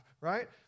right